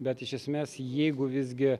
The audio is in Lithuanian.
bet iš esmės jeigu visgi